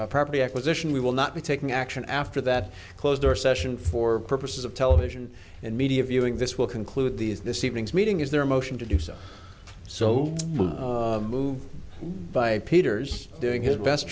of property acquisition we will not be taking action after that closed door session for purposes of television and media viewing this will conclude these this evening's meeting is their motion to do so so moved by peter's doing his best